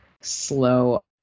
slow